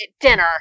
dinner